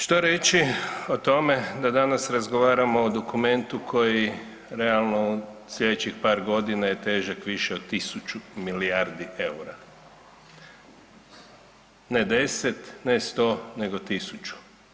Što reći o tome da danas razgovaramo o dokumentu koji realno u slijedećih par godina je težak više od 1.000 milijardi EUR-a, ne 10, ne 100, nego 1.000.